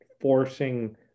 forcing